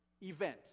event